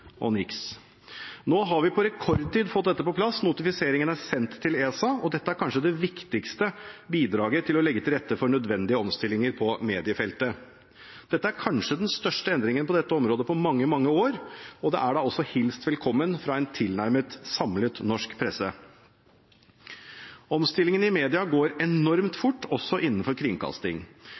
og niks. Nå har vi på rekordtid fått dette på plass. Notifiseringen er sendt til ESA, og dette er kanskje det viktigste bidraget for å legge til rette for nødvendige omstillinger på mediefeltet. Dette er kanskje den største endringen på dette området på mange, mange år, og det er da også hilst velkommen fra en tilnærmet samlet norsk presse. Omstillingen i media går enormt fort, også innenfor kringkasting.